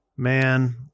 Man